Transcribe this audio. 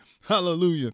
Hallelujah